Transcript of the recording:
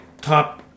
top